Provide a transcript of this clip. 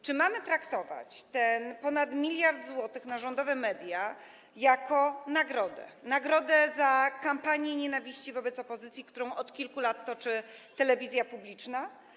Czy mamy traktować ten ponad 1 mld zł na rządowe media jako nagrodę, nagrodę za kampanię nienawiści wobec opozycji, którą od kilku lat toczy telewizja publiczna?